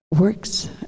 works